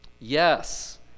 Yes